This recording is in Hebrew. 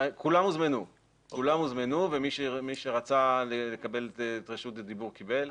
כולם הוזמנו ומי שרצה לקבל את רשות הדיבור קיבל,